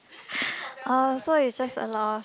[oj] so it's just a loss